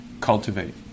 cultivate